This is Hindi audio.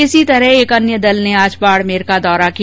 इसी तरह अन्य दल ने आज बाड़मेर का दौरा किया